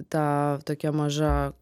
ta tokia maža